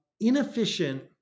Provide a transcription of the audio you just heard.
Inefficient